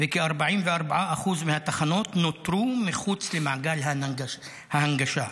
וכ-44% מהתחנות נותרו מחוץ למעגל ההנגשה.